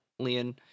Lian